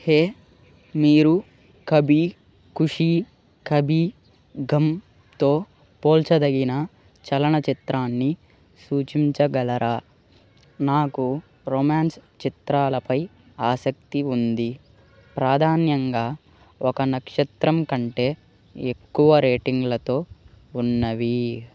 హే మీరు కభీ ఖుషీ కభీ ఘమ్తో పోల్చదగిన చలనచిత్రాన్ని సూచించగలరా నాకు రొమ్యాన్స్ చిత్రాలపై ఆసక్తి ఉంది ప్రాధాన్యంగా ఒక నక్షత్రం కంటే ఎక్కువ రేటింగ్లతో ఉన్నవీ